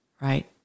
right